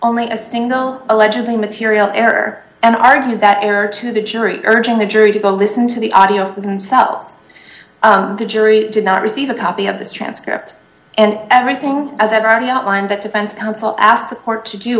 only a single allegedly material error and argued that error to the jury urging the jury to go listen to the audio with themselves the jury did not receive a copy of this transcript and everything as i've already outlined that defense counsel asked the court to do